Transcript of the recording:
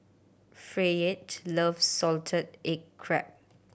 Fayette loves salted egg crab